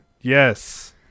yes